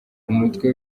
umutwe